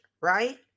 right